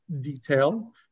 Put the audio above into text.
detail